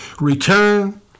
Return